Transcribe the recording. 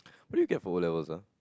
what did you get for O-levels ah